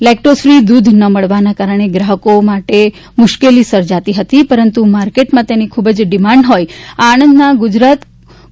lactose free દૂધ ન મળવાનાં કારણે ગ્રાહકો માટે મુસ્કેલી સર્જાતી હતીપરંતુ માર્કેટમાં તેની ખુબજ ડીમાન્ડ હોઈ આણંદનાં ગુજરાત કો